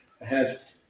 ahead